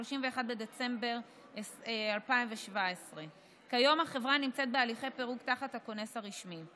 31 בדצמבר 2017. כיום החברה נמצאת בהליכי פירוק תחת הכונס הרשמי.